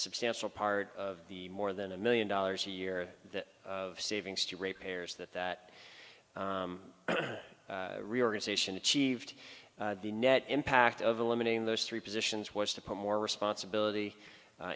substantial part of the more than a million dollars a year of savings to rate payers that that reorganization achieved the net impact of eliminating those three positions was to put more responsibility